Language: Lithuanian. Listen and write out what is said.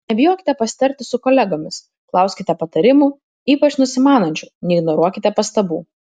nebijokite pasitarti su kolegomis klauskite patarimų ypač nusimanančių neignoruokite pastabų